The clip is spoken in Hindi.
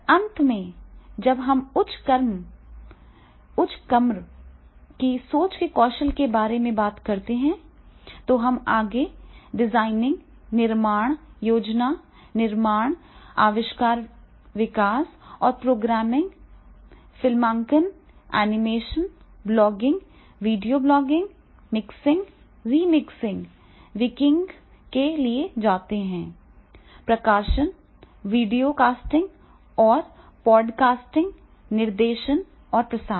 और अंत में जब हम उच्च क्रम की सोच के कौशल के बारे में बात करते हैं तो हम आगे डिजाइनिंग निर्माण योजना निर्माण आविष्कार विकास और प्रोग्रामिंग फिल्मांकन animation blogging video blogging mixing remixing wikiing के लिए जाते हैं प्रकाशन वीडियो कास्टिंग फिर पॉडकास्टिंग निर्देशन और प्रसारण